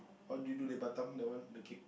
how do you do leh Batam that one the cake